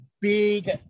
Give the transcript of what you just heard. big